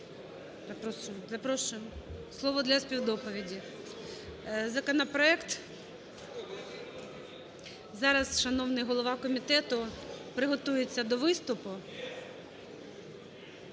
Законопроект... Зараз шановний голова комітету приготується до виступу,